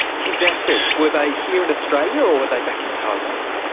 his assets, were they here in australia or where they back in taiwan?